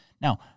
Now